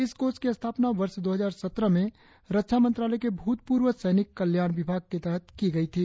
इस कोष की स्थापना वर्ष दो हजार सत्रह में रक्षा मंत्रालय के भूतपूर्व सैनिक कल्याण विभाग के तहत की गई थी